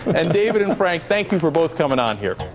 and david and frank, thank you for both coming on here.